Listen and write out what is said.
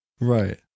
Right